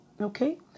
okay